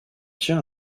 tient